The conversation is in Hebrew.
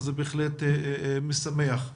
באמת שכל היחידות ישמעו